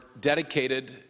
dedicated